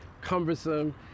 cumbersome